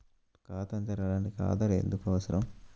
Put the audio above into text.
ఖాతాను తెరవడానికి ఆధార్ ఎందుకు అవసరం?